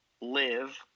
live